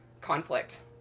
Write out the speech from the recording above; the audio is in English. conflict